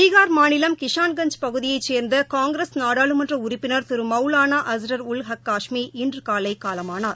பீகார் மாநிலம் கிஷான்கஞ்ச் தொகுதியைச் சேர்ந்த காங்கிரஸ் நாடாளுமன்ற உறுப்பினர் திரு மௌலான அஸ்ரா் உல் ஹக் காஷ்மி இன்று காலை காலமானார்